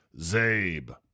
Zabe